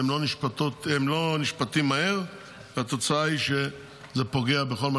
הן לא נשפטות מהר והתוצאה היא שזה פוגע בכל מה